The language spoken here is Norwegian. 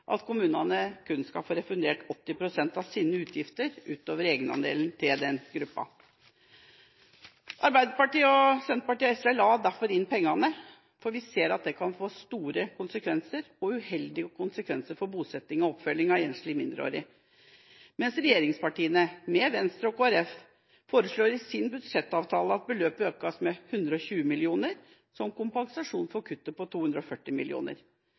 at kommunene kun skal få refundert 80 pst. av sine utgifter, utover egenandelen til den gruppa. Arbeiderpartiet, Senterpartiet og SV la derfor inn pengene, for vi ser at dette kan få store konsekvenser og uheldige konsekvenser for bosettinga og oppfølginga av enslige mindreårige asylsøkere, mens regjeringspartiene, med Venstre og Kristelig Folkeparti, i sin budsjettavtale foreslår at beløpet økes med 120 mill. kr, som kompensasjon for kuttet på 240